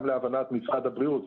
גם להבנת משרד הבריאות,